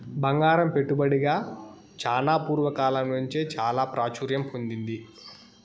బంగారం పెట్టుబడిగా చానా పూర్వ కాలం నుంచే చాలా ప్రాచుర్యం పొందింది